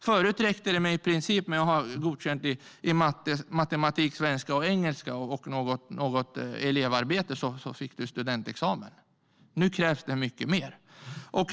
Förut räckte det i princip med att ha godkänt i matematik, svenska och engelska och något elevarbete för att få studentexamen. Nu krävs mycket mer.